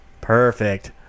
Perfect